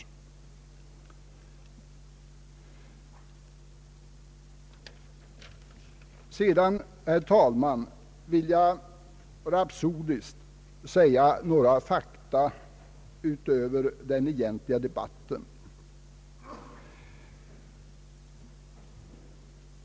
Jag vill sedan, herr talman, rapsodiskt anföra några fakta utöver den egentliga debatten.